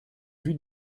vue